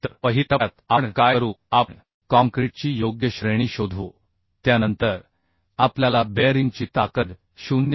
तर पहिल्या टप्प्यात आपण काय करू आपण काँक्रीटची योग्य श्रेणी शोधू त्यानंतर आपल्याला बेअरिंगची ताकद 0